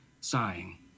sighing